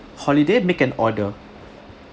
holiday make an order